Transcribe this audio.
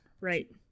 Right